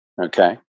Okay